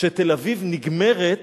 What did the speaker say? שתל-אביב נגמרת